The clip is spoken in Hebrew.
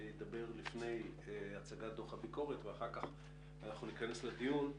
ידבר לפני הצגת דוח הביקורת ואחר כך אנחנו ניכנס לדיון.